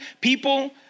people